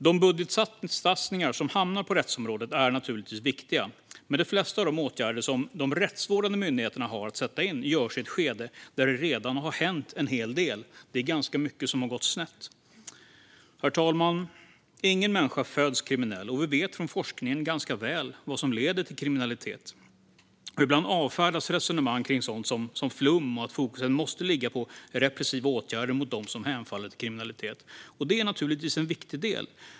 De budgetsatsningar som hamnar på rättsområdet är naturligtvis viktiga, men de flesta av de åtgärder som de rättsvårdande myndigheterna har att sätta in görs i ett skede där det redan har hänt en hel del. Det är ganska mycket som har gått snett. Herr talman! Ingen människa föds kriminell. Vi vet från forskningen ganska väl vad som leder till kriminalitet. Ibland avfärdas resonemang om sådant som flum och att fokus måste ligga på repressiva åtgärder mot dem som hemfaller till kriminalitet. Det är naturligtvis en viktig del.